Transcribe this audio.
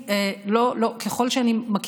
שאתם תוכלו להקים כאן ממשלות פריטטיות וכדי שאתם תדאגו